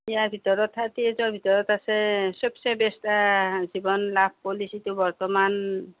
ইয়াৰ ভিতৰত থাৰ্টি এজৰ ভিতৰত আছে চব্চে বেষ্ট জীৱন লাভ পলিচিটো বৰ্তমান